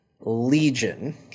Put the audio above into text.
Legion